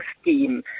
scheme